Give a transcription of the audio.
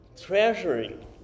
treasuring